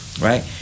Right